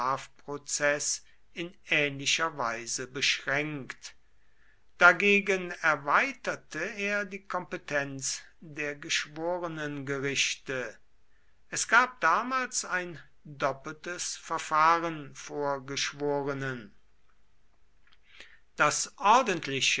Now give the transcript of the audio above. strafprozeß in ähnlicher weise beschränkt dagegen erweiterte er die kompetenz der geschworenengerichte es gab damals ein doppeltes verfahren vor geschworenen das ordentliche